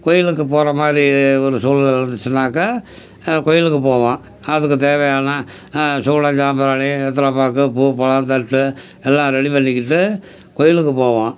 கோயிலுக்கு போகிற மாதிரி ஒரு சூழ்நில இருந்துச்சுன்னாக்கால் கோயிலுக்கு போவோம் அதுக்கு தேவையான சூடம் சாம்பிராணி வெற்றல பாக்கு பூ பழம் தட்டு எல்லாம் ரெடி பண்ணிக்கிட்டு கோயிலுக்கு போவோம்